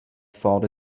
fault